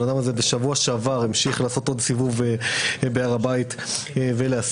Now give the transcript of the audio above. הבן אדם הזה בשבוע שעבר המשיך לעשות עוד סיבוב בהר הבית ולהסית.